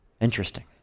Interesting